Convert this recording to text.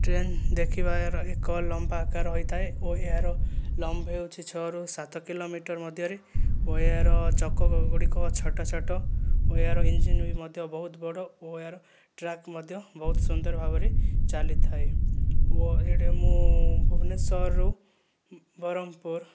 train ଦେଖିବା ଏହାର ଏକ ଲମ୍ବା ଆକାରର ହୋଇଥାଏ ଓ ଏହାର ଲମ୍ବ ହେଉଛି ଛଅ ରୁ ସାତ କିଲୋମିଟର ମଧ୍ୟରେ ଓ ଏହାର ଚକ ଗୁଡ଼ିକ ଛୋଟ ଛୋଟ ଓ ଏହାର ଇଞ୍ଜିନ୍ ମଧ୍ୟ ବି ମଧ୍ୟ ବହୁତ ବଡ଼ ଓ ଏହାର ଟ୍ରାକ୍ ମଧ୍ୟ ବହୁତ ସୁନ୍ଦର ଭାବରେ ଚାଲିଥାଏ ଓ ଏଇଡେ ମୁଁ ଭୁବନେଶ୍ୱର ରୁ ବରହମପୁର